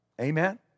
Amen